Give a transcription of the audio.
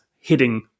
hitting